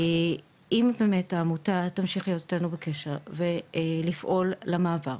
אם באמת העמותה תמשיך להיות איתנו בקשר ולפעול למעבר,